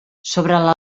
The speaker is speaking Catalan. sobre